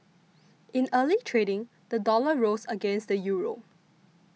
in early trading the dollar rose against the Euro